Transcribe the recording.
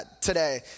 today